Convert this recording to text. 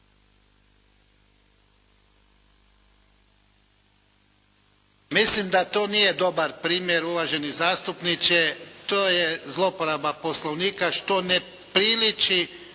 Mislim da to nije dobar primjer, uvaženi zastupniče, to je zlouporaba Poslovnika, što ne priliči